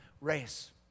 race